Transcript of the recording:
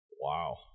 Wow